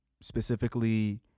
Specifically